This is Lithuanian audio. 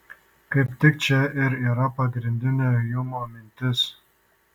kaip tik čia ir yra pagrindinė hjumo mintis